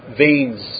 veins